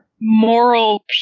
moral